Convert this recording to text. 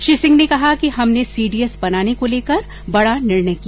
श्री सिंह ने कहा कि हमने सीडीएस बनाने को लेकर बड़ा निर्णय किया